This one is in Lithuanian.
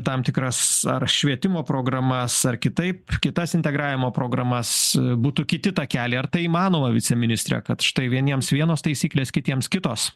tam tikras ar švietimo programas ar kitaip kitas integravimo programas būtų kiti takeliai ar tai įmanoma viceministre kad štai vieniems vienos taisyklės kitiems kitos